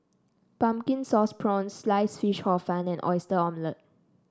Pumpkin Sauce Prawns Sliced Fish Hor Fun and Oyster Omelette